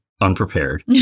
unprepared